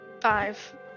Five